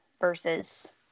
versus